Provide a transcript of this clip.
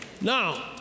Now